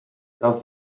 das